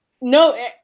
No